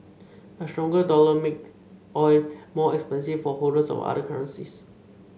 a stronger dollar make oil more expensive for holders of other currencies